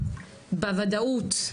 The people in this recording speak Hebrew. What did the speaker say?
בוודאות,